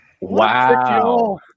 Wow